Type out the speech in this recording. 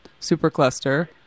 Supercluster